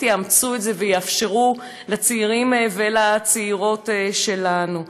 יאמצו את זה ויאפשרו לצעירים ולצעירות שלנו.